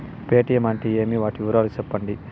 Paytm అంటే ఏమి, వాటి వివరాలు సెప్పండి?